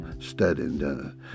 studying